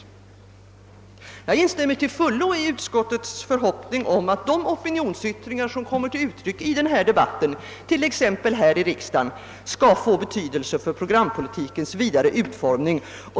Jag instämmer till fullo i utskottets förhoppning om att de opinionsyttringar som kommer till uttryck i den här debatten, t.ex. i riksdagen, skall få betydelse för programpolitikens vidare utformning.